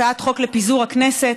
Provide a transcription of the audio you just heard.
הצעת חוק לפיזור הכנסת,